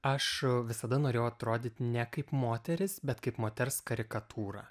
aš visada norėjau atrodyt ne kaip moteris bet kaip moters karikatūra